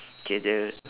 okay the